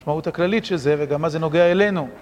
מהות הכללית שזה, וגם מה זה נוגע אלינו.